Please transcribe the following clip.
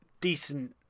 decent